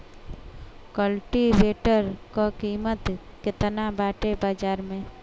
कल्टी वेटर क कीमत केतना बाटे बाजार में?